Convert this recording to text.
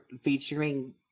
featuring